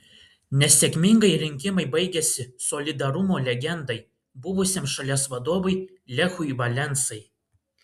nesėkmingai rinkimai baigėsi solidarumo legendai buvusiam šalies vadovui lechui valensai